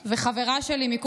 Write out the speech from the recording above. וחברה שלי רחלי,